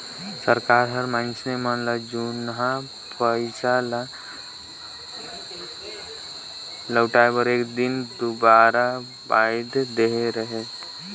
सरकार हर मइनसे मन ल जुनहा पइसा ल लहुटाए बर एक दिन दुरा बांएध देहे रहेल